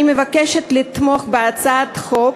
אני מבקשת לתמוך בהצעת החוק,